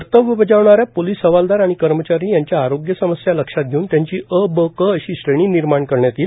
कर्तव्य बजावणाऱ्या पोलीस हवालदार आणि कर्मचारी यांच्या आरोग्य समस्या लक्षात घेऊन त्यांची अ ब क अशी श्रेणी निर्माण करण्यात येईल